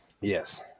Yes